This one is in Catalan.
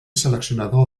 seleccionador